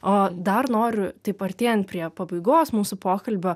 o dar noriu taip artėjant prie pabaigos mūsų pokalbio